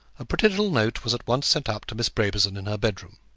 a pretty little note was at once sent up to miss brabazon in her bedroom.